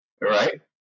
Right